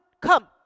come